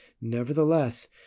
Nevertheless